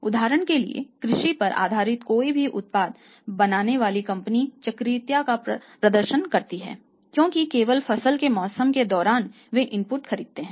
उदाहरण के लिए कृषि पर आधारित कोई भी उत्पाद बनाने वाली कंपनी चक्रीयता का प्रदर्शन कर सकती है क्योंकि केवल फसल के मौसम के दौरान वे इनपुट खरीदते हैं